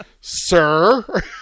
sir